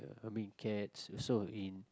I mean cats also in